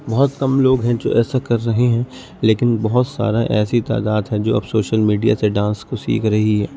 بہت کم لوگ ہیں جو ایسا کر رہے ہیں لیکن بہت سارا ایسی تعداد ہیں جو اب شوشل میڈیا سے ڈانس کو سیکھ رہی ہے